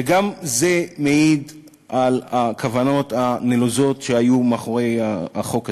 וגם זה מעיד על הכוונות הנלוזות שהיו מאחורי החוק הזה.